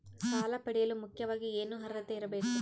ಸಾಲ ಪಡೆಯಲು ಮುಖ್ಯವಾಗಿ ಏನು ಅರ್ಹತೆ ಇರಬೇಕು?